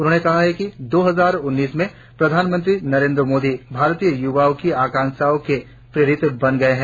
उन्होंने कहा कि दो हजार उन्नीस में प्रधानमंत्री नरेंद्र मोदी भारतीय युवाओं की आकांक्षाओं के प्रतीक बन गये हैं